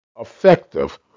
effective